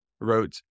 wrote